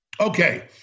okay